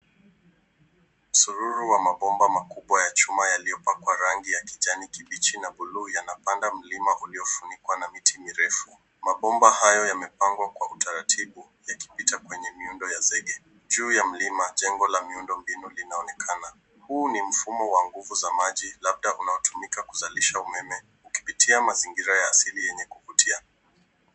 Msururu wa mabomba makubwa ya chuma yaliyopakwa rangi ya kijani kibichi na buluu yanapanda mlima uliofunikwa na miti mirefu. Mabomba hayo yamepangwa kwa utaratibu yakipita kwenye miundo ya zege. Juu ya mlima, jengo la miundo mbinu linaonekana. Huu ni mfumo wa nguvu za majil labda unaotumika kuzalisha umeme kupitia mazingira ya asili yenye kuvutia.